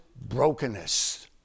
brokenness